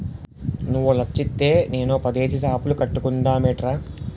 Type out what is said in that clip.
నువ్వో లచ్చిత్తే నేనో పదేసి సాపులు కట్టుకుందమేట్రా